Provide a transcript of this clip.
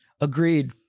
Agreed